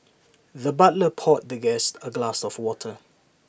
the butler poured the guest A glass of water